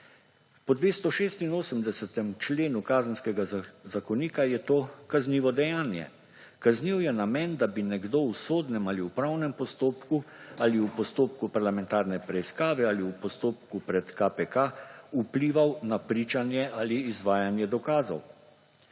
Po 286. členu Kazenskega zakonika je to kaznivo dejanje. Kazniv je namen, da bi nekdo v sodnem ali v upravnem postopku ali v postopku parlamentarne preiskave ali v postopku pred KPK vplival na pričanje ali izvajanje dokazov.